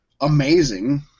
amazing